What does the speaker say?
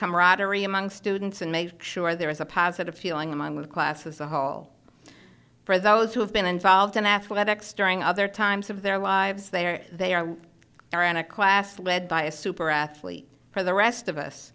camaraderie among students and made sure there is a positive feeling among the classes a whole for those who have been involved in athletics during other times of their lives there they are there in a class led by a super athlete for the rest of us